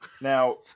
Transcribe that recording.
Now